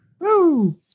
Woo